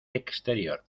exterior